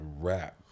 rap